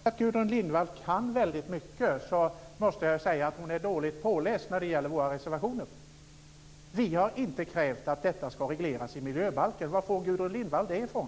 Fru talman! Trots att Gudrun Lindvall kan väldigt mycket måste jag säga att hon är dåligt påläst när det gäller våra reservationer. Vi har inte krävt att detta ska regleras i miljöbalken. Var får Gudrun Lindvall det ifrån?